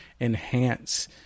enhance